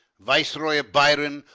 viceroy of byron,